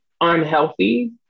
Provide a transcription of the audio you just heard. unhealthy